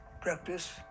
practice